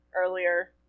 earlier